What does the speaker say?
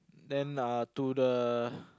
then uh to the